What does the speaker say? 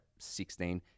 16